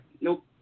Nope